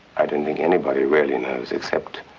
i don't think anybody really knows except